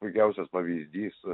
puikiausias pavyzdys